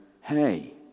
hey